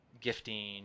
gifting